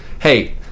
Hey